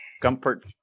comfort